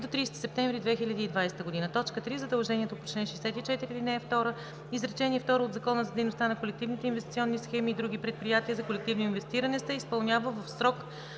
до 30 септември 2020 г.; 3. задължението по чл. 64, ал. 2, изречение второ от Закона за дейността на колективните инвестиционни схеми и други предприятия за колективно инвестиране се изпълнява в срок